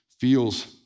feels